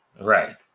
Right